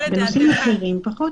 בתחומים אחרים פחות.